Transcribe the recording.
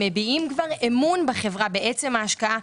הם מביעים אמון בחברה בעצם ההשקעה,